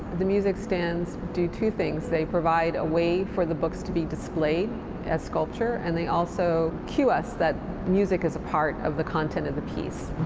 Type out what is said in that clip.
the music stands do two things they provide a way for the books to be displayed as sculpture, and they also cue us that music is a part of the content of the piece.